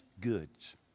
goods